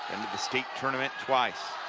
the state tournament twice.